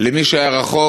למי שהיה רחוק,